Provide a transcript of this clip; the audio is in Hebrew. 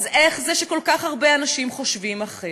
אז איך זה שכל כך הרבה אנשים חושבים אחרת?